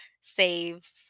save